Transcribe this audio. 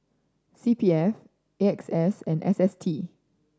C P F A X S and S S T